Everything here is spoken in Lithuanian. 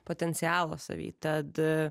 potencialo savy tad